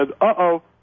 uh-oh